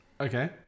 Okay